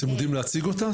אתם יודעים להציג אותה?